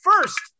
first